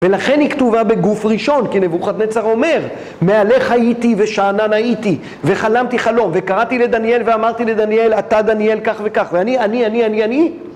ולכן היא כתובה בגוף ראשון, כי נבוכדנצר אומר מעליך הייתי ושאנן הייתי וחלמתי חלום וקראתי לדניאל ואמרתי לדניאל אתה דניאל כך וכך ואני אני אני אני